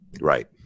Right